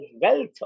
wealth